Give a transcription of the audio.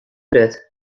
grut